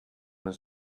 his